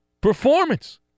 performance